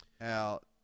out